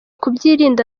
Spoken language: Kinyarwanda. kubyirinda